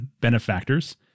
benefactors